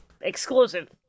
Exclusive